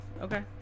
Okay